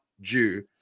Jew